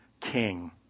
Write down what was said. king